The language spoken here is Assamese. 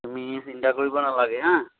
তুমি চিন্তা কৰিব নালাগে হা